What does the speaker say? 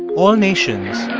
all nations.